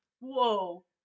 whoa